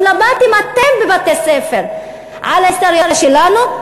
אילו למדתם אתם בבתי-ספר על ההיסטוריה שלנו,